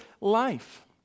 life